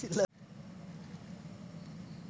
ನಾನು ಅಡಿಕೆಯನ್ನು ಎಲ್ಲಿ ಮಾರಿದರೆ ನನಗೆ ಜಾಸ್ತಿ ಲಾಭ ಬರುತ್ತದೆ?